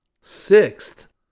Sixth